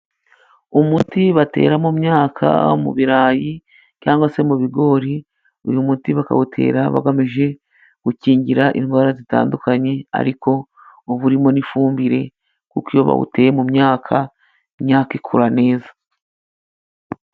Umuti batera mu myaka mu birayi cyangwa se mu bigori. Uyu muti bakawutera bagamije gukingira indwara zitandukanye. Ariko uba urimo n'ifumbire kuko iyo bawuteye mu myaka ,imyaka ikura neza.